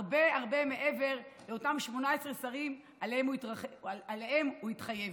הרבה הרבה מעבר לאותם 18 שרים שעליהם הוא התחייב.